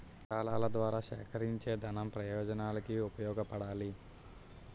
విరాళాల ద్వారా సేకరించేదనం ప్రజోపయోగానికి ఉపయోగపడాలి